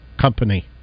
company